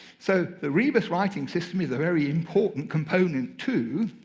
so the rebus writing system is a very important component too,